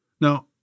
Now